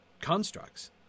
constructs